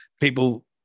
people